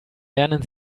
lernen